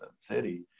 city